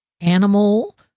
animal